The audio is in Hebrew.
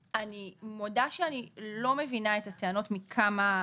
אני מודה שאני לא מבינה את הטענות מכמה טעמים: